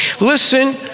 Listen